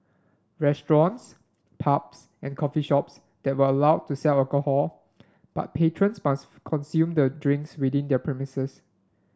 restaurants pubs and coffee shops that were allowed to sell alcohol but patrons must consume the drinks within their premises